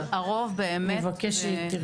אבל הרוב באמת בשלב מאוד מתקדם.